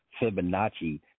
Fibonacci